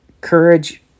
courage